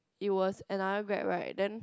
it was another Grab right then